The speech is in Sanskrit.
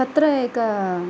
तत्र एका